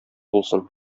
булсын